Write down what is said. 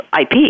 IP